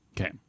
Okay